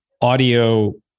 audio